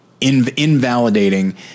invalidating